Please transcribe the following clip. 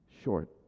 Short